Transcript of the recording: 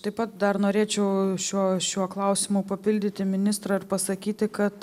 taip pat dar norėčiau šiuo šiuo klausimu papildyti ministrą ir pasakyti kad